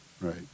right